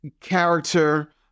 character